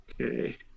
Okay